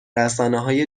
رسانههای